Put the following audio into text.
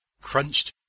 crunched